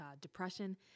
depression